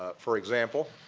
ah for example,